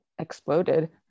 exploded